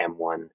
M1